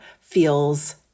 feels